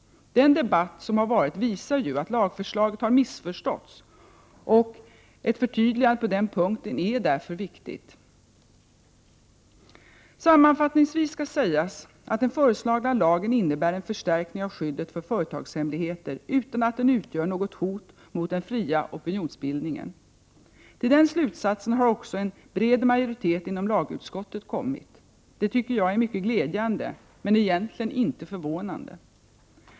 Den debatt som har varit visar ju att lagförslaget har missförståtts, och ett förtydligande på den punkten är därför viktigt. Sammanfattningsvis kan sägas att den föreslagna lagen innebär en förstärkning av skyddet för företagshemligheter utan att den utgör något hot mot den fria opinionsbildningen. Till den slutsatsen har också en bred majoritet inom lagutskottet kommit. Det tycker jag är mycket glädjande men egentligen inte förvånande.